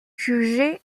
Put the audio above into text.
jugeait